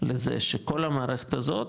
לזה שכל המערכת הזאת,